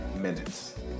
minutes